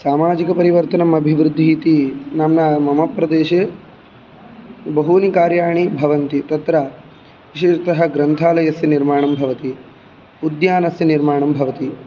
सामाजिकपरिवर्तनम् अभिवृद्धिः इति नाम मम प्रदेशे बहूनि कार्याणि भवन्ति तत्र विशेषतः ग्रन्थालयस्य निर्माणं भवति उद्यानस्य निर्माणं भवति